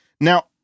Now